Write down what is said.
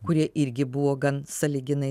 kurie irgi buvo gan sąlyginai